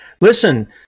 listen